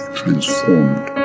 transformed